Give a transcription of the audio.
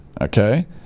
okay